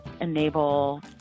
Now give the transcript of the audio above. enable